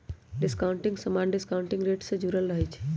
discounting समान्य discounting rate से जुरल रहै छइ